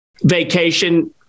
vacation